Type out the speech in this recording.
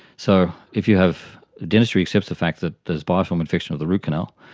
so if you have, dentistry accepts the fact that there is biofilm infection of the root canal,